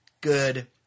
good